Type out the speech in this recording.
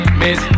miss